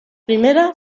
primera